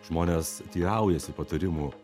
žmonės teiraujasi patarimų